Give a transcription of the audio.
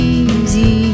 easy